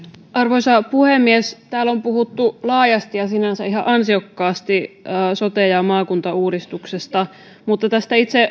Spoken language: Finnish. arvoisa puhemies täällä on puhuttu laajasti ja sinänsä ihan ansiokkaasti sote ja maakuntauudistuksesta itse